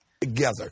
Together